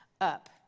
up